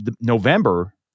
November